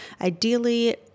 Ideally